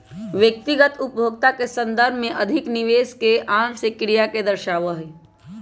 व्यक्तिगत उपभोग के संदर्भ में अधिक निवेश एक आम से क्रिया के दर्शावा हई